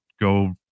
go